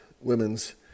women's